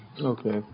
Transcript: Okay